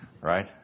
Right